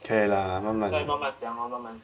可以啦慢慢